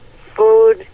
food